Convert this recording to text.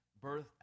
birth